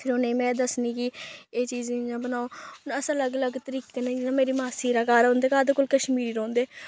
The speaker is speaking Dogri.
फिर उ'नेंगी में दस्सनी कि एह् चीज इ'यां बनाओ हून अस अलग अलग तरीके कन्नै जि'यां मेरी मासी दा घर उंदे घर दे कोल कश्मीरी रौंह्दे